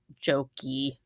jokey